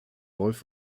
wolf